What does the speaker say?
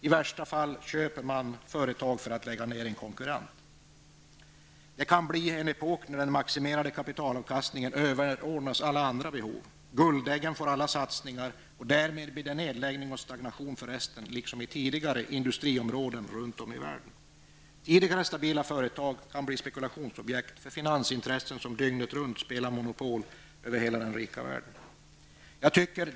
I värsta fall köper man företag för att lägga ner en konkurrent. Det kan bli en epok när den maximerade kapitalavkastningen överordnas alla andra behov. Guldäggen får alla satsningar och därmed blir det nedläggningar och stagnation för resten, liksom i tidigare industriområden runt om i världen. Tidigare stabila företag kan bli spekulationsobjekt för finansintressen som spelar monopol över hela den rika världen dygnet runt. Herr talman!